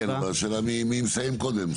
כן, אבל השאלה מי מסיים קודם.